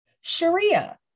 Sharia